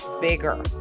bigger